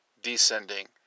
descending